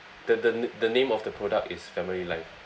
the the n~ the name of the product is family life